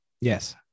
yes